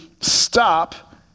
stop